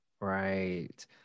Right